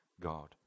God